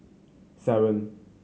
seven